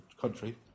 country